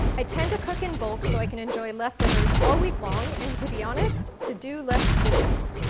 i tend to cook in bulk so i can enjoy leftovers all week long and to be honest, to do less dishes.